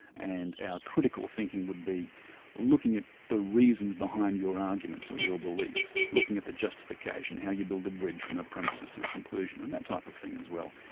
and our critical thinking would be looking at the reasons behind your arguments or your belief, looking at the justification, how you build a bridge from a premise to a conclusion, and that type of thing as well.